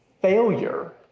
Failure